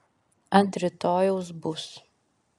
ant rytojaus bus